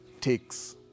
takes